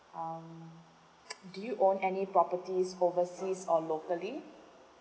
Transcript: um do you own any properties overseas or locally